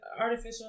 artificial